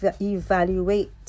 evaluate